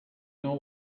know